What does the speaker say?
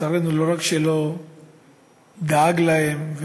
לצערנו לא רק שלא דאגו להם,